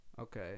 Okay